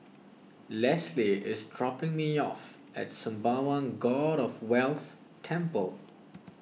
Lesly is dropping me off at Sembawang God of Wealth Temple